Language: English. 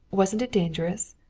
wasn't it dangerous?